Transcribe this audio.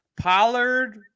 Pollard